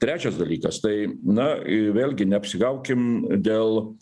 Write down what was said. trečias dalykas tai na vėlgi neapsigaukim dėl